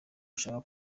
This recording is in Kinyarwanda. ushaka